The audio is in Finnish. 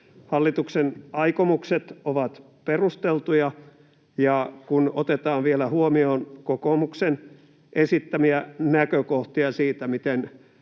Hallituksen aikomukset ovat perusteltuja, ja kun otetaan vielä huomioon kokoomuksen esittämiä näkökohtia siitä, miten